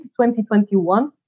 2021